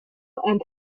and